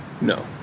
No